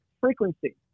frequency